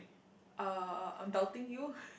uh I'm doubting you